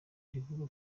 rivuga